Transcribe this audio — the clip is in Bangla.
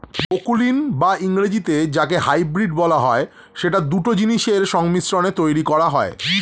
অকুলীন বা ইংরেজিতে যাকে হাইব্রিড বলা হয়, সেটি দুটো জিনিসের সংমিশ্রণে তৈরী করা হয়